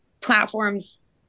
platforms